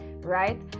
right